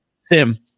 SIM